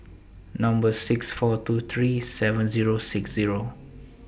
Number six four two three seven Zero six Zero